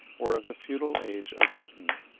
or of the feudal age of britain,